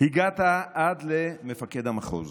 הגעת עד למפקד המחוז,